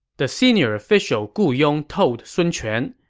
the senior official gu yong told sun quan,